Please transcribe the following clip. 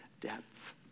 depth